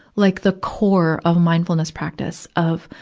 like the core of mindfulness practice of,